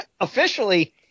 Officially